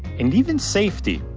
and even safety.